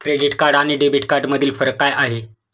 Credit card आणि debit कार्डमधील फरक काय आहे?